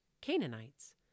Canaanites